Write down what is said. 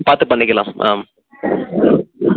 பார்த்துப் பண்ணிக்கலாம் மேம்